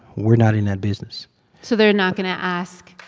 we're not in that business so they're not going to ask.